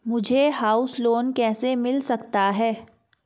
मुझे house loan कैसे मिल सकता है?